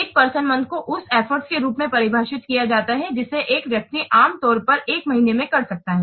एक person month को उस एफर्ट के रूप में परिभाषित किया जाता है जिसे एक व्यक्ति आमतौर पर एक महीने में कर सकता है